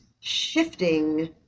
shifting